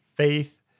faith